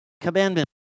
commandment